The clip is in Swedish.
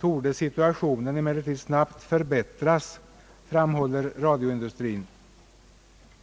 torde situationen emellertid snabbt förbättras, framhåller rTadioindustrien.